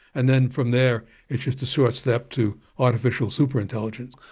and then from there it's just a short step to artificial super-intelligence.